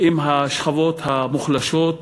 עם השכבות המוחלשות,